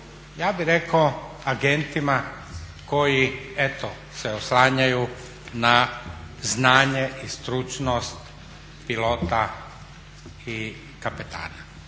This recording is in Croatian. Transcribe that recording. ja bi rekao agentima koji eto se oslanjaju na znanje i stručnost pilota i kapetana.